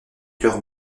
cœur